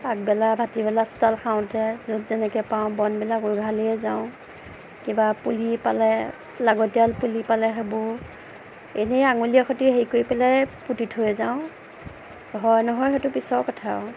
আগবেলা ভাটি বেলা চোতাল সাৰোঁতে য'ত যেনেকে পাওঁ বন বিলাক উঘালিয়ে যাওঁ কিবা পুলি পালে লাগতিয়াল পুলি পালে সেইবোৰ এনেই আঙুলিৰে সৈতে হেৰি কৰি পেলাই পুতি থৈ যাওঁ হয় নহয় সেইটো পিছৰ কথা আাৰু